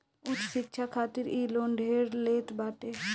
उच्च शिक्षा खातिर इ लोन ढेर लेत बाटे